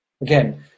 Again